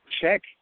check